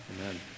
amen